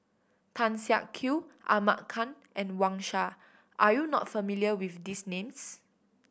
Tan Siak Kew Ahmad Khan and Wang Sha are you not familiar with these names